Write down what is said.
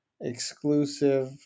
exclusive